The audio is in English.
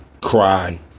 cry